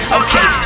okay